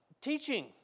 Teaching